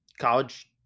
college